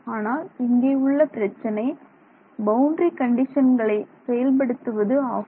ஆனால் இங்கே உள்ள பிரச்சனை பவுண்டரி கண்டிஷன்களை செயல்படுத்துவது ஆகும்